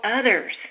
others